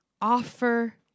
offer